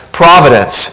providence